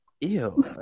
Ew